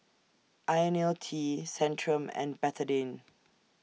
Ionil T Centrum and Betadine